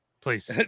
Please